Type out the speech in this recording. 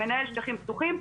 שמנהל שטחים פתוחים,